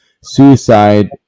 suicide